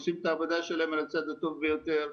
עושים את העבודה שלהם על הצד הטוב ביותר.